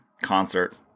concert